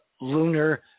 lunar